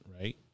right